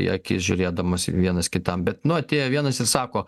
į akis žiūrėdamas vienas kitam bet nu atėjo vienas jis sako